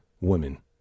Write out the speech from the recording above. women